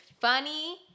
funny